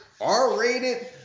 R-rated